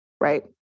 right